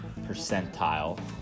percentile